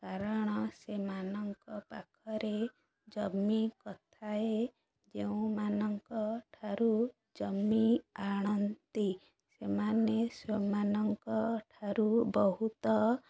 କାରଣ ସେମାନଙ୍କ ପାଖରେ ଜମି ନଥାଏ ଯେଉଁମାନଙ୍କଠାରୁ ଜମି ଆଣନ୍ତି ସେମାନେ ସେମାନଙ୍କଠାରୁ ବହୁତ